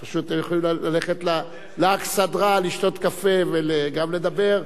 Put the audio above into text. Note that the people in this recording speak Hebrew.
אתם פשוט יכולים ללכת לאכסדרה לשתות קפה וגם לדבר.